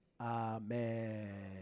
Amen